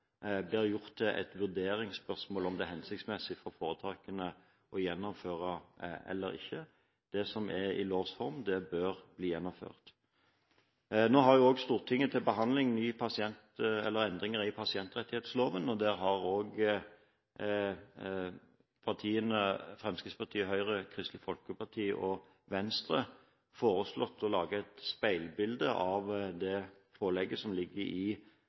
blir gjort til et vurderingsspørsmål, om det er hensiktsmessig for foretakene å gjennomføre det eller ikke. Det som er i lovs form, bør bli gjennomført. Nå har Stortinget også til behandling endringer i pasientrettighetsloven. Fremskrittspartiet, Høyre, Kristelig Folkeparti og Venstre har foreslått å lage et speilbilde av det pålegget som ligger i